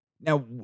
now